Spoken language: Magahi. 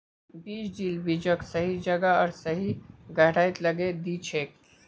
बीज ड्रिल बीजक सही जगह आर सही गहराईत लगैं दिछेक